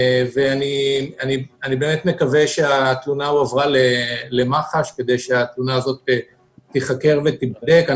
אני באמת מקווה שהתלונה הועברה למח"ש כדי שהיא תיחקר ותיבדק.